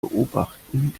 beobachten